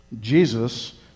Jesus